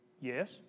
Yes